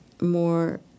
more